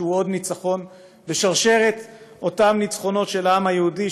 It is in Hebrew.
שהוא עוד ניצחון בשרשרת אותם ניצחונות של העם היהודי,